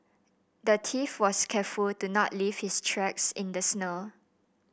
the thief was careful to not leave his tracks in the snow